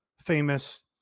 famous